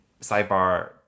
sidebar